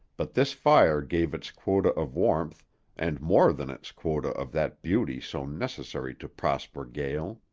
but this fire gave its quota of warmth and more than its quota of that beauty so necessary to prosper gael.